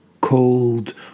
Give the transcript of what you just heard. cold